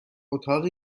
اتاق